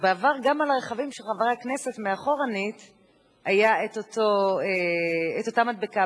שבעבר גם על הרכבים של חברי הכנסת מאחור היתה אותה מדבקה,